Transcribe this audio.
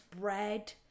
bread